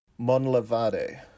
Monlevade